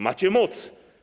Macie moc.